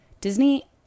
Disney